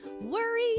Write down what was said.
Worry